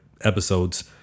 episodes